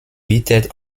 bietet